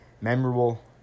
memorable